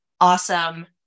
awesome